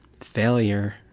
failure